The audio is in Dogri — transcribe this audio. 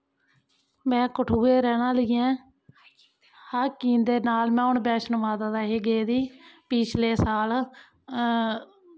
में कठुए रैह्न आह्ली आं हाइकिंग दे नाल हून में बैष्णो माता दे ही गेदी पिछले साल